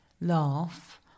laugh